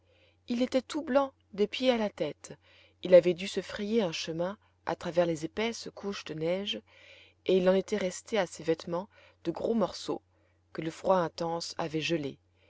il était tout blanc des pieds à la tête il avait dû se frayer un chemin à travers les épaisses couches de neige et il en était resté à ses vêtements de gros morceaux que le froid intense avait gelés